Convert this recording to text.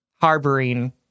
harboring